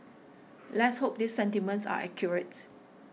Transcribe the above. let's hope this sentiments are accurate